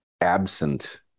absent